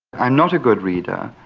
i'm not a good reader,